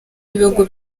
y’ibihugu